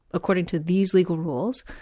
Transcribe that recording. according to these legal rules,